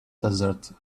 desert